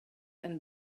and